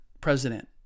president